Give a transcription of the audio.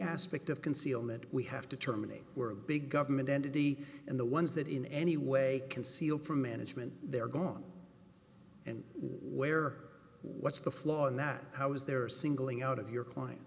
aspect of concealment we have to terminate were a big government entity and the ones that in any way conceal from management they're gone and where what's the flaw in that how is there singling out of your client